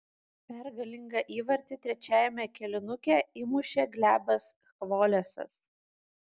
pergalingą įvartį trečiajame kėlinuke įmušė glebas chvolesas